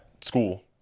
school